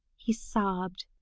he sobbed.